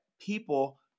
people